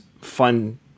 fun –